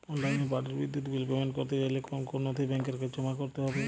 অনলাইনে বাড়ির বিদ্যুৎ বিল পেমেন্ট করতে চাইলে কোন কোন নথি ব্যাংকের কাছে জমা করতে হবে?